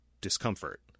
discomfort